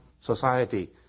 society